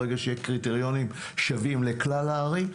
ברגע שיהיו קריטריונים שווים לכלל הערים.